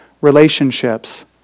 relationships